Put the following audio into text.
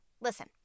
Listen